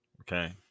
Okay